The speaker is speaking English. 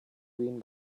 green